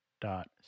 dot